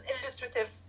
illustrative